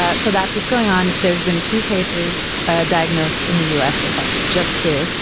ah so that's what's going on. there's been two cases ah diagnosed in the u s. so far, just two.